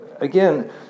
again